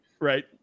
Right